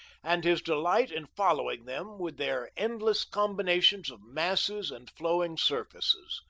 and his delight in following them with their endless combinations of masses and flowing surfaces.